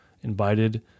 invited